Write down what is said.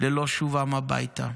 ללא שובם הביתה.